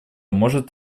может